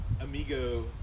Amigo